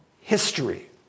history